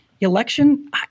election